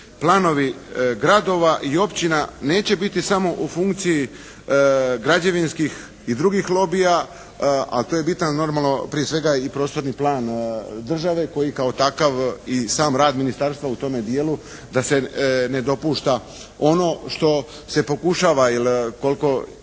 planovi gradova i općina neće biti samo u funkciji građevinskih i drugih lobija, a to je bitan normalno prije svega i prostorni plan države koji kao takav i sam rad Ministarstva u tome dijelu da se ne dopušta ono što se pokušava jer koliko